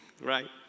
Right